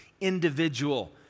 Individual